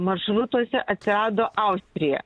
maršrutuose atsirado austrija